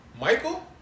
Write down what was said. Michael